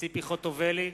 צחי הנגבי,